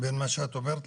בין מה שאת אומרת,